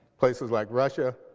places like russia,